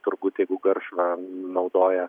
turbūt jeigu garšvą naudoja